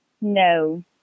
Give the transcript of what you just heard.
No